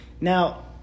Now